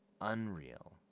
Unreal